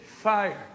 Fire